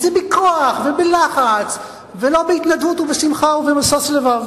צריך בכוח ובלחץ, ולא בהתנדבות ובשמחה ובמשוש לבב.